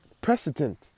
precedent